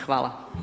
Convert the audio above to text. Hvala.